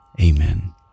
Amen